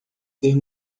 ter